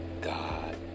God